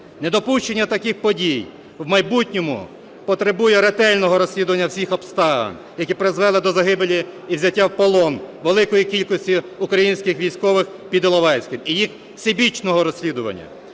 Недопущення таких подій в майбутньому потребує ретельного розслідування всіх обставин, які призвели до загибелі і взяття в полон великої кількості українських військових під Іловайськом і їх всебічного розслідування.